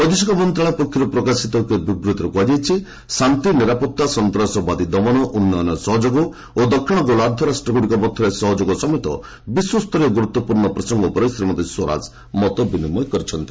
ବୈଦେଶିକ ମନ୍ତ୍ରଣାଳୟ ପକ୍ଷରୁ ପ୍ରକାଶିତ ଏକ ବିବୃତ୍ତିରେ କୁହାଯାଇଛି ଶାନ୍ତି ନିରାପତ୍ତା ସନ୍ତାସବାଦୀ ଦମନ ଉନ୍ନୟନ ସହଯୋଗ ଓ ଦକ୍ଷିଣ ଗୋଲାର୍ଦ୍ଧ ରାଷ୍ଟ୍ରଗୁଡ଼ିକ ମଧ୍ୟରେ ସହଯୋଗ ସମେତ ବିଶ୍ୱସ୍ତରୀୟ ଗୁରୁତ୍ୱପୂର୍ଣ୍ଣ ପ୍ରସଙ୍ଗ ଉପରେ ଶ୍ରୀମତୀ ସ୍ୱରାଜ ମତ ବିନିମୟ କରିଛନ୍ତି